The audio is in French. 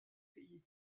pays